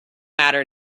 matter